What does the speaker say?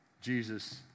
Jesus